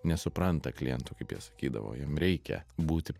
nesupranta klientų kaip jie sakydavo jiem reikia būti